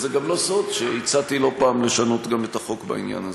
וזה גם לא סוד שהצעתי לא פעם לשנות גם את החוק בעניין הזה.